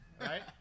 right